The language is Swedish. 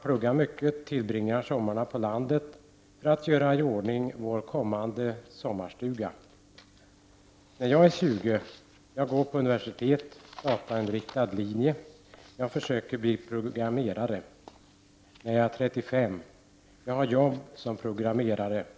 Pluggar mycket, tillbringar somrarna på landet för att göra i ordning vår kommande sommarstuga. När jag är 20 år. Jag går på universitet, datainriktad linje, jag försöker bli programmerare. När jag är 35 år. Jag har jobb som programmerare.